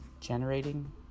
generating